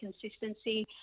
consistency